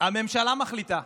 הממשלה מחליטה,